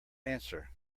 answer